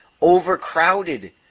overcrowded